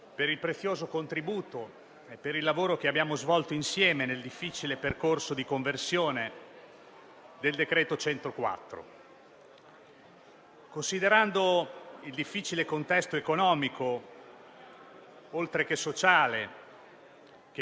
Considerando il difficile contesto economico, oltre che sociale, che coinvolge il nostro Paese e tenendo conto anche del difficile contesto epidemiologico che ha attraversato i nostri lavori (colgo l'occasione per augurare